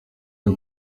byo